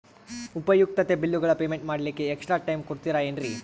ಉಪಯುಕ್ತತೆ ಬಿಲ್ಲುಗಳ ಪೇಮೆಂಟ್ ಮಾಡ್ಲಿಕ್ಕೆ ಎಕ್ಸ್ಟ್ರಾ ಟೈಮ್ ಕೊಡ್ತೇರಾ ಏನ್ರಿ?